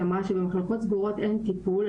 שאמרה שבמחלקות סגורות אין טיפול.